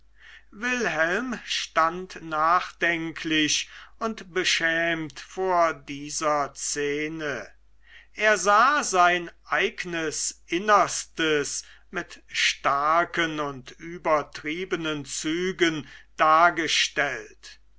wilhelm stand nachdenklich und beschämt vor dieser szene er sah sein eignes innerstes mit starken und übertriebenen zügen dargestellt